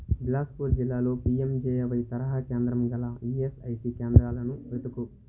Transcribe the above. బిలాస్పూర్ జిల్లాలో పిఎంజెఏవై తరహా కేంద్రం గల ఈయస్ఐసి కేంద్రాలను వెతుకు